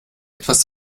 etwas